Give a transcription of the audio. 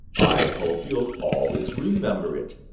i hope you'll always remember it.